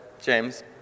James